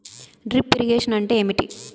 Drip irrigation అంటే ఏమిటి?